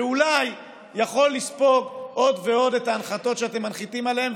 שאולי יכול לספוג עוד ועוד את ההנחתות שאתם מנחיתים עליהם,